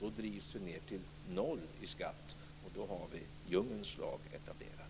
Då drivs vi ned till noll i skatt, och då har vi djungelns lag etablerad.